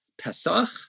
Pesach